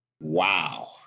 Wow